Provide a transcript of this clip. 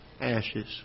Ashes